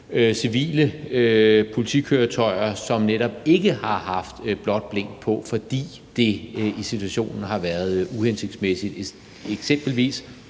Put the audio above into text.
civile politikøretøjer, som netop ikke har haft blåt blink på, fordi det i situationen har været uhensigtsmæssigt. Det er eksempelvis